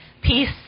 peace